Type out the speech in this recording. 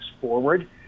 forward